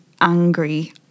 angry